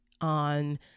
on